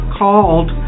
called